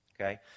Okay